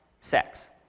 sex